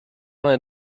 vingt